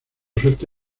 suerte